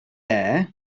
air